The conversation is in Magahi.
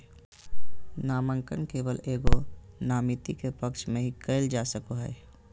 नामांकन केवल एगो नामिती के पक्ष में ही कइल जा सको हइ